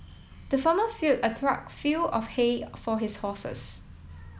the farmer filled a trough fill of hay for his horses